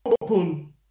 Open